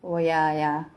oh ya ya